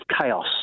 chaos